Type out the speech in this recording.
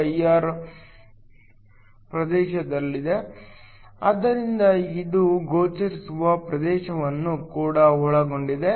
2 IR ಪ್ರದೇಶದಲ್ಲಿದೆ ಆದ್ದರಿಂದ ಇದು ಗೋಚರಿಸುವ ಪ್ರದೇಶವನ್ನು ಕೂಡ ಒಳಗೊಂಡಿದೆ